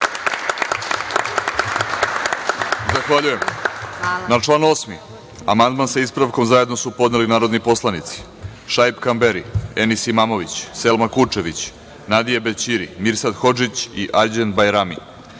Zahvaljujem. Na član 8. amandman, sa ispravkom, zajedno su podneli narodni poslanici Šaip Kamberi, Enis Imamović, Selma Kučević, Nadije Bećiri, Mirsad Hodžić i Arđend Bajrami. Primili